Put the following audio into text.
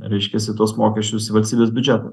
reiškiasi tuos mokesčius į valstybės biudžetą